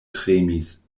tremis